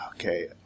okay